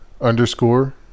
underscore